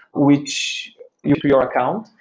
which use your account.